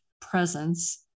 presence